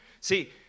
See